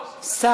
יותר,